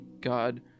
God